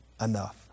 enough